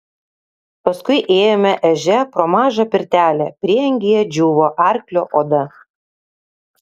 paskui ėjome ežia pro mažą pirtelę prieangyje džiūvo arklio oda